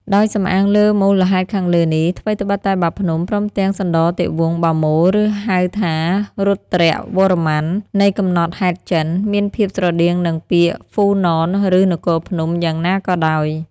ដោយសំអាងលើមូលហេតុខាងលើនេះ ថ្វីត្បិត តែ បាភ្នំ ព្រមទាំងសន្តតិវង្ស បាម៉ូ (ឬហៅថា រុទ្រ្ទវរ្ម័ន) នៃកំណត់ហេតុចិន មានភាពស្រដៀងនឹង ពាក្យ ហ្វូ ណន ឬ នគរភ្នំ យ៉ាងណាក៏ដោយ ។